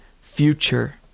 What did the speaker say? future